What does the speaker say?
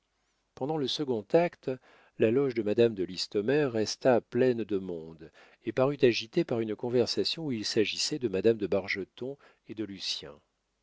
pendant le second acte la loge de madame de listomère resta pleine de monde et parut agitée par une conversation où il s'agissait de madame de bargeton et de lucien le